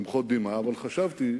למחות דמעה, אבל חשבתי